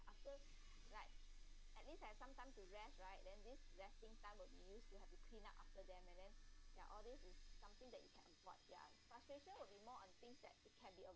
after like at least have some time to rest right then this resting time will be used you have to clean up after them and then they're all this is something that you can watch their frustration will be more on things that it can be